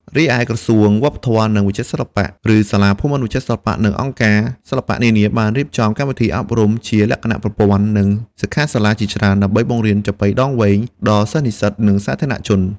រីឯ ក្រសួងវប្បធម៌ និងវិចិត្រសិល្បៈ ឬសាលាភូមិន្ទវិចិត្រសិល្បៈ និងអង្គការសិល្បៈនានា បានរៀបចំកម្មវិធីអប់រំជាលក្ខណៈប្រព័ន្ធ និងសិក្ខាសាលាជាច្រើន ដើម្បីបង្រៀនចាប៉ីដងវែងដល់សិស្សនិស្សិត និងសាធារណជន។